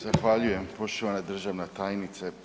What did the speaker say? Zahvaljujem poštovana državna tajnice.